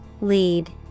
Lead